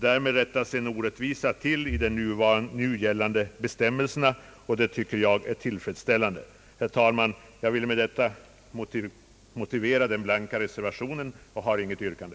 Därmed rättar man till en orättvisa i de nu gällande bestämmelserna, och det tycker jag är tillfredsställande. Herr talman! Jag vill med detta motivera den blanka reservationen. Jag har inget yrkande.